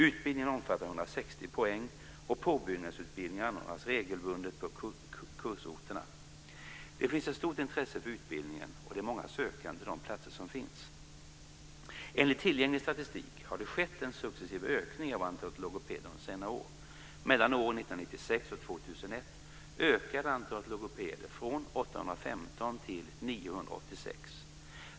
Utbildningen omfattar 160 poäng, och påbyggnadsutbildningar anordnas regelbundet på kursorterna. Det finns ett stort intresse för utbildningen, och det är många sökande till de platser som finns. Enligt tillgänglig statistik har det skett en successiv ökning av antalet logopeder under senare år. Mellan åren 1996 och 2001 ökade antalet logopeder från 815 till 986.